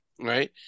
right